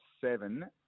seven